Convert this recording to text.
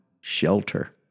shelter